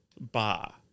ba